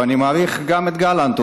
ואני מעריך את גלנט,